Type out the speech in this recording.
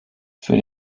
für